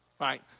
right